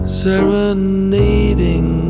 serenading